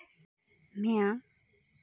म्या